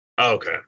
Okay